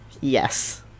Yes